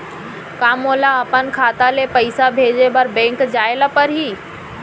का मोला अपन खाता ले पइसा भेजे बर बैंक जाय ल परही?